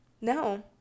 No